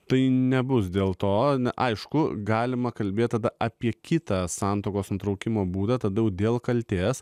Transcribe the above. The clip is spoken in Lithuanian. tai nebus dėl to aišku galima kalbėti tada apie kitą santuokos nutraukimo būdą tada dėl kaltės